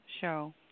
show